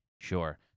Sure